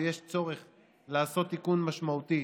ויש צורך לעשות תיקון משמעותי